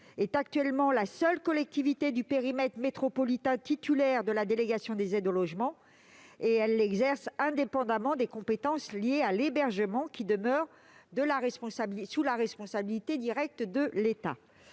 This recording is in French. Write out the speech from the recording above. est actuellement la seule collectivité du périmètre métropolitain titulaire de la délégation des aides au logement et elle l'exerce indépendamment des compétences liées à l'hébergement, qui demeurent de la responsabilité directe de l'État.